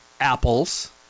apples